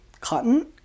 Cotton